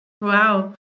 Wow